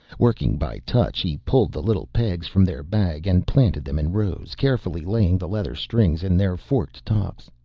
working by touch he pulled the little pegs from their bag and planted them in rows, carefully laying the leather strings in their forked tops.